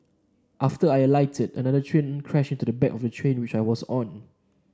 after I alighted another train crashed into the back of the train which I was on